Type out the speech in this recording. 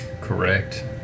Correct